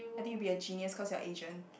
I think you'll be a genius cause you're Asian